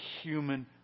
human